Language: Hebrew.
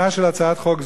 אין לנו הסתייגויות,